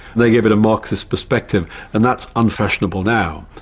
they gave it a marxist perspective and that's unfashionable now,